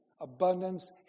abundance